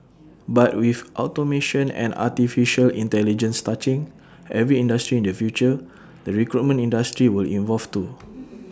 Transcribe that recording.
but with automation and Artificial Intelligence touching every industry in the future the recruitment industry will evolve too